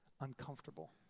uncomfortable